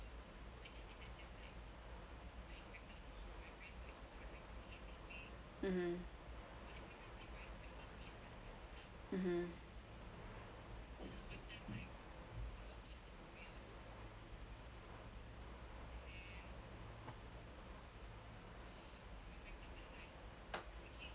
mmhmm mmhmm